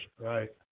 Right